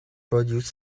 produce